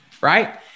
right